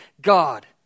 god